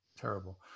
Terrible